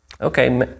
okay